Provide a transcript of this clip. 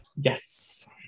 Yes